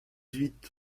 huit